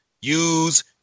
use